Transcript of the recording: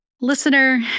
Listener